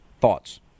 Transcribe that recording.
Thoughts